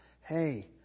Hey